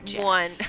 One